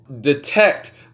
detect